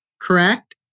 Correct